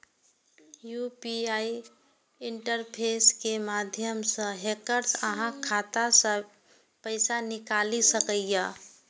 UPI interface के माध्यम सं हैकर्स अहांक खाता सं पैसा निकालि सकैए